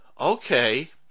okay